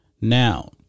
now